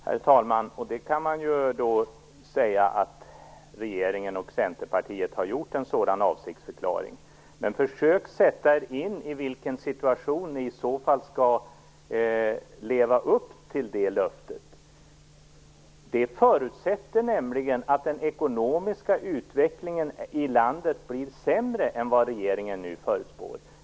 Herr talman! Man kan ju säga att regeringen och Centerpartiet har gjort en sådan avsiktsförklaring. Men försök sätta er in i den situation då ni i så fall skall leva upp till det löftet! Det förutsätter nämligen att den ekonomiska utvecklingen i landet blir sämre än vad regeringen nu förutspår.